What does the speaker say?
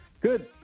Good